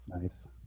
nice